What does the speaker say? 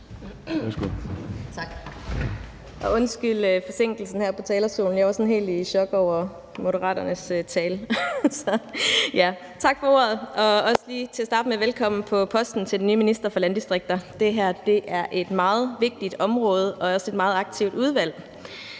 undskyld forsinkelsen her på talerstolen; jeg var sådan helt i chok over Moderaternes tale. Så tak for ordet, og lige til at starte med vil jeg også sige: Velkommen på posten til den nye minister for landdistrikter. Det her er et meget vigtigt område og også et meget aktivt udvalg.